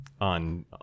on